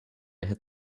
hit